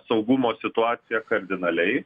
saugumo situaciją kardinaliai